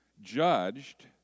judged